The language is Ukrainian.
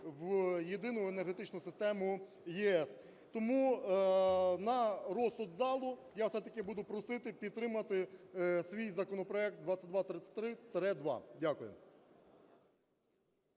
в єдину енергетичну систему ЄС. Тому, на розсуд залу. Я все-таки буду просити підтримати свій законопроект 2233-2. Дякую.